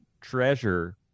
treasure